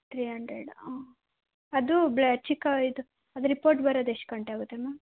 three hundred ಅದು blood check ಇದು ಅದು ರಿಪೋರ್ಟ್ ಬರೋದು ಎಷ್ಟು ಗಂಟೆ ಆಗುತ್ತೆ ಮ್ಯಾಮ್